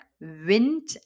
Wind